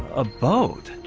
abode?